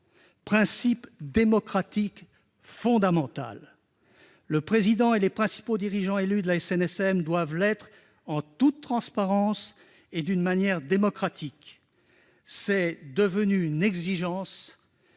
principe démocratique fondamental, le président et les principaux dirigeants élus de la SNSM doivent l'être en toute transparence et d'une manière démocratique. C'est devenu une exigence,